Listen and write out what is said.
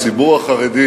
הציבור החרדי